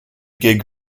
gig